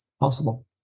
possible